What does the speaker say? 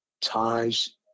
ties